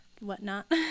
whatnot